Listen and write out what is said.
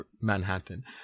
Manhattan